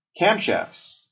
camshafts